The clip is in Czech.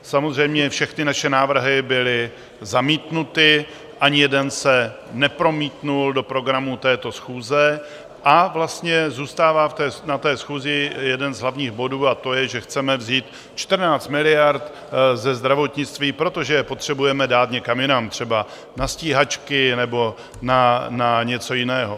Samozřejmě všechny naše návrhy byly zamítnuty, ani jeden se nepromítl do programu této schůze a vlastně zůstává na té schůzi jeden z hlavních bodů a to je, že chceme vzít 14 miliard ze zdravotnictví, protože je potřebujeme dát někam jinam, třeba na stíhačky nebo na něco jiného.